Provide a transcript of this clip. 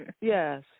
yes